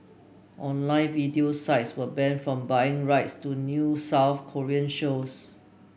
online video sites were banned from buying rights to new South Korean shows